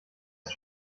ist